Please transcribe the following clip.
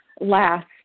last